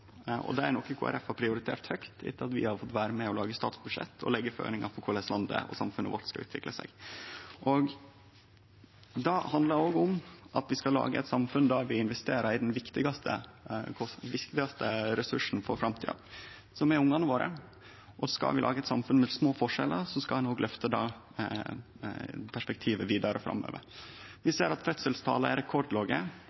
og det er noko Kristeleg Folkeparti har prioritert høgt etter at vi har fått vere med på å lage statsbudsjett og å leggje føringar for korleis landet og samfunnet vårt skal utvikle seg. Det handlar òg om at vi skal lage eit samfunn der vi investerer i den viktigaste ressursen for framtida, som er ungane våre. Og skal vi lage eit samfunn med små forskjellar, skal ein òg løfte det perspektivet vidare framover. Vi